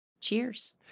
cheers